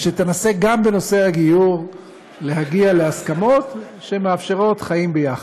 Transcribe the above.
ותנסה גם בנושא הגיור להגיע להסכמות שמאפשרות חיים יחד.